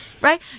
right